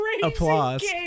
Applause